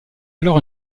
alors